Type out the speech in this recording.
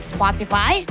Spotify